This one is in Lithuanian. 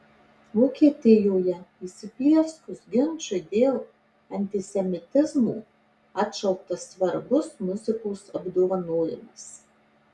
vokietijoje įsiplieskus ginčui dėl antisemitizmo atšauktas svarbus muzikos apdovanojimas